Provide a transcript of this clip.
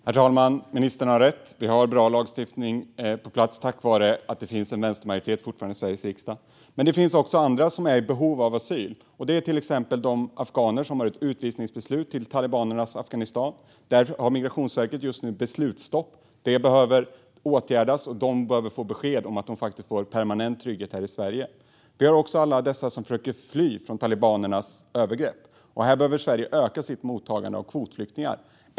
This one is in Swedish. Herr talman! Ministern har rätt - vi har bra lagstiftning på plats tack vare att det fortfarande finns en vänstermajoritet i Sveriges riksdag. Men det finns också andra som är i behov av asyl, till exempel de afghaner som har ett utvisningsbeslut till talibanernas Afghanistan. Där har Migrationsverket just nu beslutsstopp. Det behöver åtgärdas. Dessa personer behöver få besked om att de får permanent trygghet här i Sverige. Vi har också alla dessa som försöker fly från talibanernas övergrepp. Här behöver Sverige öka sitt mottagande av kvotflyktingar.